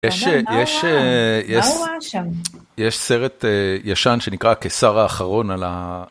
יש סרט ישן שנקרא, הקיסר האחרון, על ה...